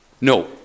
No